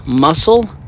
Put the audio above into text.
muscle